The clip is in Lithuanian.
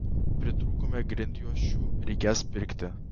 pritrūkome grindjuosčių reikės pirkti